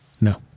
No